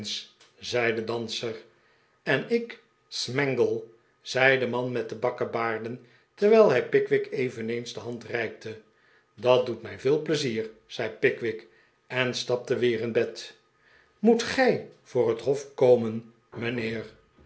zei de danser en ik smangle zei de man met de bakkebaarden terwijl hij pickwick eveneens de hand reikte dat doet mij veel pleizier zei pickwick en stapte weer in bed moet gij voor het hof komen mijnheer